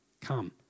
Come